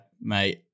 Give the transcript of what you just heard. mate